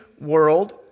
world